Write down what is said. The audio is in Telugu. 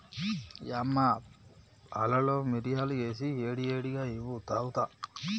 యమ్మ పాలలో మిరియాలు ఏసి ఏడి ఏడిగా ఇవ్వు తాగుత